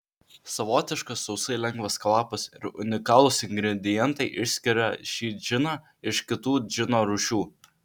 savotiškas sausai lengvas kvapas ir unikalūs ingredientai išskiria šį džiną iš kitų džino rūšių